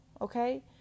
okay